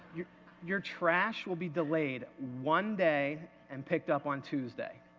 your your trash will be delayed one day and picked up on tuesday.